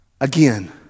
again